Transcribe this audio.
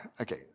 okay